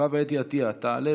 החינוך של הכנסת לצורך המשך דיון